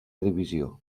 divisió